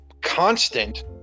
constant